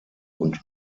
und